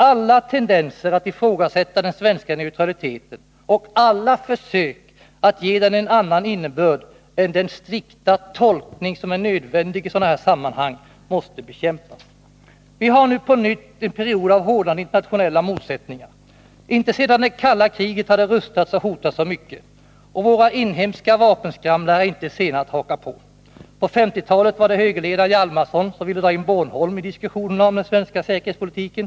Alla tendenser att ifrågasätta den svenska neutraliteten, och alla försök att ge den en annan innebörd än den strikta tolkning som är nödvändig i sådana här sammanhang, måste bekämpas. Vi har nu på nytt en period av hårdnande internationella motsättningar. Inte sedan det kalla kriget har det rustats och hotats så mycket. Och våra inhemska vapenskramlare är inte sena att haka på. På 1950-talet var det högerledaren Hjalmarson som ville dra in Bornholm i diskussionerna om den svenska säkerhetspolitiken.